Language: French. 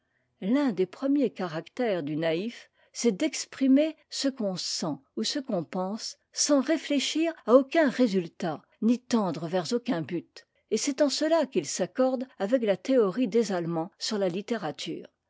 l'un des premiers caractères du naïf c'est d'exprimer ce qu'on sent ou ce qu'on pense sans réfléchir à aucun résultat ni tendre vers aucun but et c'est'en cela qu'il s'accorde avec a théorie des allemands sur la littérature